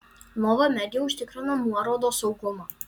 nova media užtikrina nuorodos saugumą